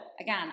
again